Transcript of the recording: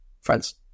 friends